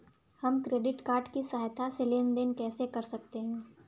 हम credit card की सहायता से लेन देन कैसे कर सकते हैं?